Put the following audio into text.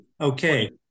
okay